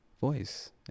voice